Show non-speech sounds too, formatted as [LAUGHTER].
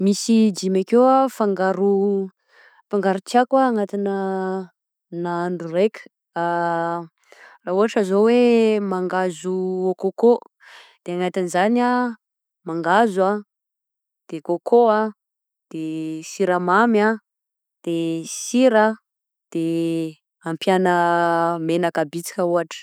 Misy dimy akeo fangaro, fangaro tiàko anatigna nahandro raika [HESITATION] ra ohatra zao oe mangahazo au coco de anatin'izay a, mangazo a, de coco a, de siramamy a, de sira a, de ampiagna menaka bisika ohatra.